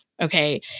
Okay